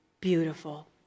beautiful